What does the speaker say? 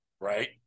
right